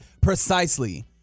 precisely